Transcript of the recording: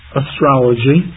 astrology